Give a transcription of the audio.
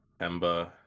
Emba